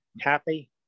happy